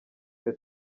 twe